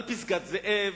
על פסגת-זאב,